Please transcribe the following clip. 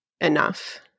enough